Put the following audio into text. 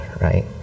right